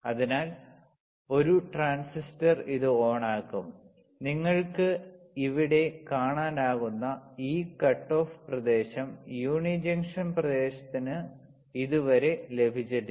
അതിനാൽ ഒരു ട്രാൻസിസ്റ്റർ ഇത് ഓണാക്കും നിങ്ങൾക്ക് ഇവിടെ കാണാനാകുന്ന ഈ കട്ട് ഓഫ് പ്രദേശം യൂണി ജംഗ്ഷൻ പ്രദേശത്തിന് ഇതുവരെ ലഭിച്ചിട്ടില്ല